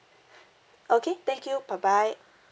okay thank you bye bye